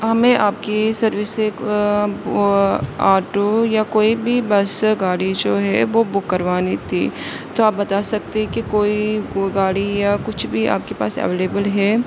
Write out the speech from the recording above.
ہمیں آپ کی سروس سے آٹو یا کوئی بھی بس گاڑی جو ہے وہ بک کروانی تھی تو آپ بتا سکتے ہے کہ کوئی گاڑی یا کچھ بھی آپ کے پاس اویلیبل ہے